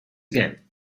again